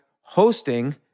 hosting